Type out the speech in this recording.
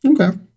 Okay